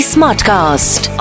Smartcast